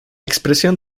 expresión